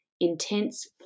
intense